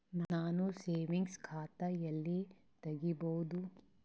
ನಾನು ಸೇವಿಂಗ್ಸ್ ಖಾತಾ ಎಲ್ಲಿ ತಗಿಬೋದು?